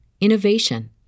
innovation